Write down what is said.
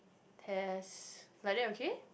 test like that okay